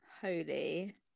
Holy